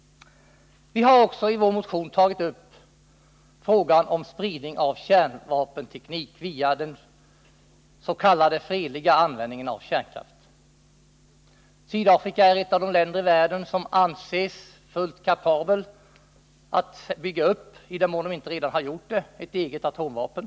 Vi har också i vår motion tagit upp frågan om spridning av kärnvapenteknik via den s.k. fredliga användningen av kärnkraft. Sydafrika är ett av de länder i världen som anses fullt kapabelt att bygga upp — i den mån man inte redan har gjort det — ett eget atomvapen.